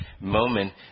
moment